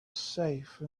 safe